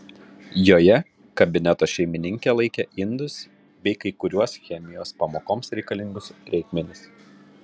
joje kabineto šeimininkė laikė indus bei kai kuriuos chemijos pamokoms reikalingus reikmenis